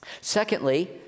Secondly